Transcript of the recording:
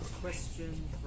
question